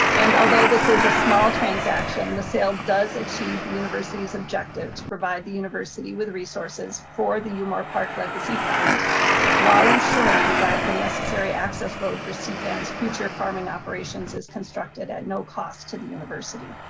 and although this is a small transaction, the sale does achieve the university's objective to provide the university with resources for the umore park legacy fund while ensuring that the necessary access road for so cfans future future farming operations is constructed at no cost to the university.